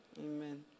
Amen